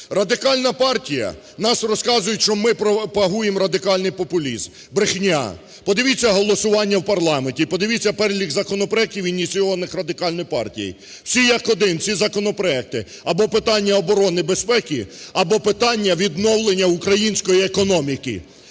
Радикальна партія… Про нас розказують, що ми пропагуємо радикальний популізм. Брехня! Подивіться голосування в парламенті і подивіться перелік законопроектів, ініційованих Радикальною партією. Всі як один, всі законопроекти, або питання оборони, безпеки, або питання відновлення української економіки.